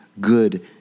good